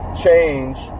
change